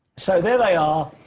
so, there they are,